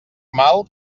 mal